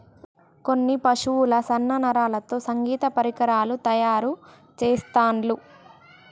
కొన్ని పశువుల సన్న నరాలతో సంగీత పరికరాలు తయారు చెస్తాండ్లు